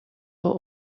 are